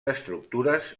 estructures